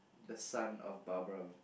the son of Barbra